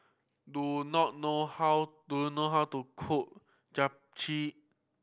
do not know how do you know how to cook Japchae